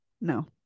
no